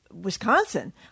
Wisconsin